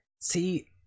See